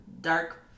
dark